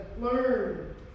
learn